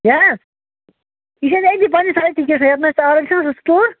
کیاہ حظ